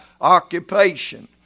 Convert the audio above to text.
occupation